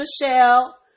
Michelle